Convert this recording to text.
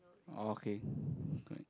okay correct